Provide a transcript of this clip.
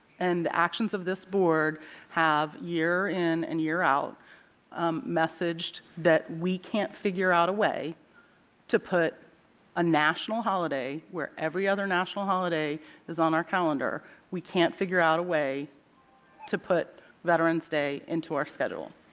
and actions of this board have year in and out messaged that we can't figure out a way to put a national holiday where every other national holiday is on our calendar. we can't figure out a way to put veteran's day into our schedule.